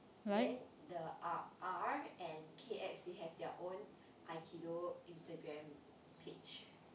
then the R_R and K_X they have their own aikido instagram page